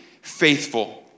faithful